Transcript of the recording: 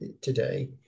today